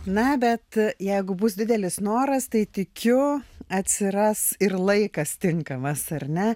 na bet jeigu bus didelis noras tai tikiu atsiras ir laikas tinkamas ar ne